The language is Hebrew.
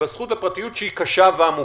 שהיא קשה ועמוקה.